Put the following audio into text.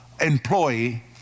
employee